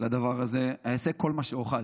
לדבר הזה אעשה כל מה שאוכל.